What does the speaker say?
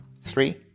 Three